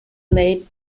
late